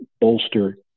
bolster